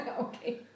Okay